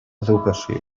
educació